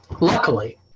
luckily